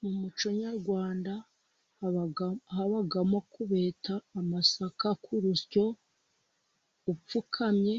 Mu muco Nyarwanda, habamo kubeta amasaka ku rusyo upfukamye,